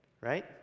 right